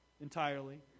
entirely